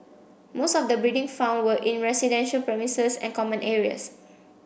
most of the breeding found were in residential premises and common areas